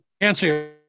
answer